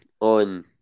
on